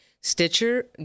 Stitcher